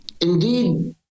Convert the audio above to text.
indeed